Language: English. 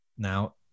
Now